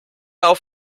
auf